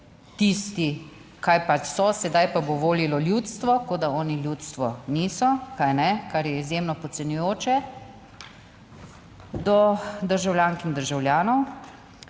tisti, kaj pač so, sedaj pa bo volilo ljudstvo, kot da oni ljudstvo niso, kajne, kar je izjemno podcenjujoče, do državljank in državljanov,